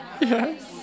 Yes